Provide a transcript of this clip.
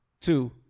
two